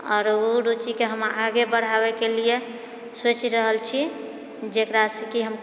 आरो ओ रुचिके हम आगे बढ़ाबै कऽ लिअऽ सोचि रहल छी जकरासँ कि